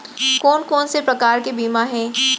कोन कोन से प्रकार के बीमा हे?